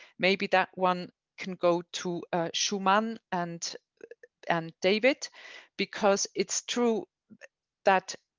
maybe that one can go to schoeman and and davit because it's true that